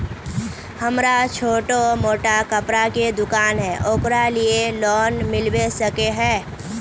हमरा छोटो मोटा कपड़ा के दुकान है ओकरा लिए लोन मिलबे सके है?